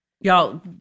Y'all